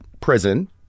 prison